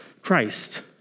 Christ